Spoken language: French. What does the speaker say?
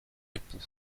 époux